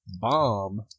bomb